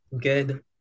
Good